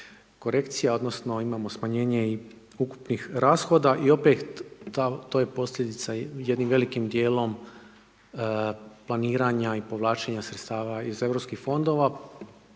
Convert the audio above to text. korekcija, odnosno, imamo smanjenje i ukupnih rashoda i opet to je posljedica jednim velikim dijelom planiranja i povlačenja sredstava iz europskih fondova,